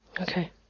Okay